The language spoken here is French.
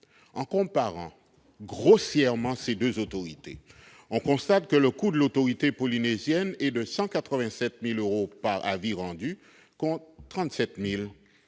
En comparant grossièrement ces informations, il apparaît que le coût de l'autorité polynésienne est donc de 187 000 euros par avis rendu, contre 37 000 euros